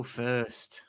first